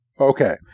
Okay